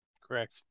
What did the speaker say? Correct